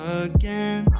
again